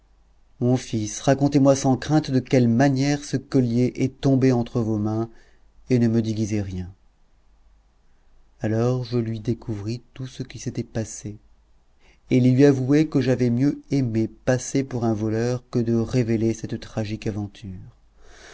mon fils racontez-moi sans crainte de quelle manière ce collier est tombé entre vos mains et ne me déguisez rien alors je lui découvris tout ce qui s'était passé et lui avouai que j'avais mieux aimé passer pour un voleur que de révéler cette tragique aventure